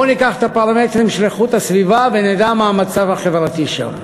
בואו ניקח את הפרמטרים של איכות הסביבה ונדע מה המצב החברתי שם.